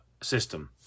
system